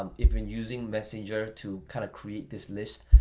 um if you're using messenger to kind of create this list,